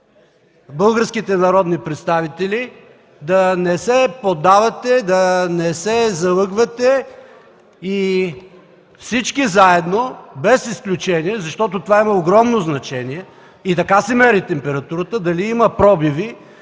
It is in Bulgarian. българските народни представители, да не се поддавате, да не се залъгвате и всички заедно, без изключение, защото това има огромно значение – така се мери температурата, дали има пробиви,